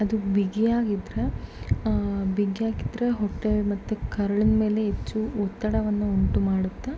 ಅದು ಬಿಗಿಯಾಗಿದ್ದರೆ ಬಿಗಿಯಾಗಿದ್ರೆ ಹೊಟ್ಟೆ ಮತ್ತು ಕರುಳಿನ ಮೇಲೆ ಹೆಚ್ಚು ಒತ್ತಡವನ್ನು ಉಂಟು ಮಾಡುತ್ತೆ